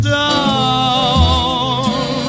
down